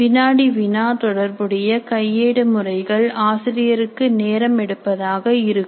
வினாடி வினா தொடர்புடைய கையேடு முறைகள் ஆசிரியருக்கு நேரம் எடுப்பதாக இருக்கும்